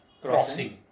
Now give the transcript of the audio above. crossing